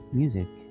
music